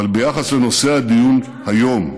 אבל ביחס לנושא הדיון היום,